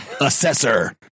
assessor